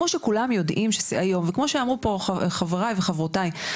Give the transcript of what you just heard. כמו שכולם אמרו פה חברי וחברותיי,